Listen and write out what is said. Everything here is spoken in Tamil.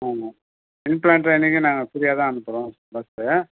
ஆமாம் இன் ப்ளாண்ட் ட்ரெயினிங்குக்கு நாங்கள் ஃப்ரீயாக தான் அனுப்புகிறோம் பஸ்ஸு